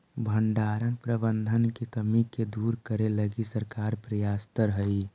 भण्डारण प्रबंधन के कमी के दूर करे लगी सरकार प्रयासतर हइ